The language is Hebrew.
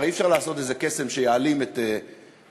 הרי אי-אפשר לעשות איזה קסם שיעלים את הפלסטינים,